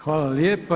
Hvala lijepa.